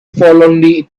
forlornly